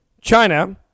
China